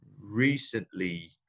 recently